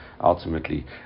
ultimately